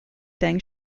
deng